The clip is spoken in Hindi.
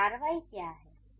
और कार्रवाई क्या है